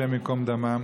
השם ייקום דמם.